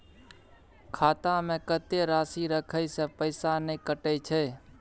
खाता में कत्ते राशि रखे से पैसा ने कटै छै?